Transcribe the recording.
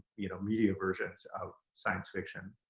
you know media versions of science fiction.